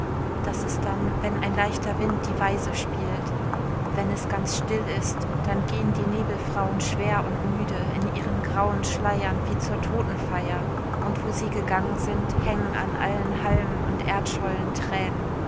das ist dann wenn ein leichter wind die weise spielt wenn es ganz still ist dann gehen die nebelfrauen schwer und müde in ihren grauen schleiern wie zur totenfeier und wo sie gegangen sind hängen an allen halmen und erdschollen tränen